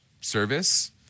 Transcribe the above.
service